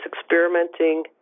experimenting